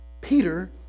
Peter